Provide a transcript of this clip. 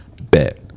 bet